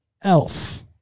Elf